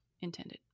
intended